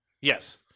Yes